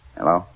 Hello